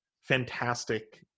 fantastic